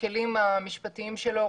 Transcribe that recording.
בכלים המשפטיים שלו,